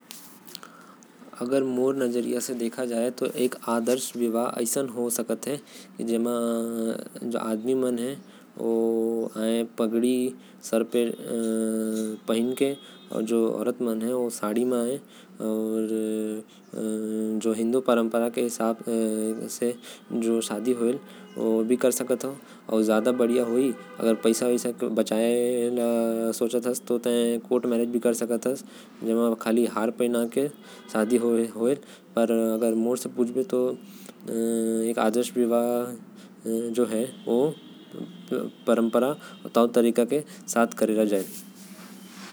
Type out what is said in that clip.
मोर से पूछिया तो एक आदर्श विवाह म आदमी मन ला पगड़ी पहनना चाही। अउ औरत मन ला साड़ी पहनना चाही। आदर्श विवाह करे खातिर पूरा रश्म हिन्दू रीति रिवाज से होना चाही। जो ओके एक आदर्श विवाह बना देहि।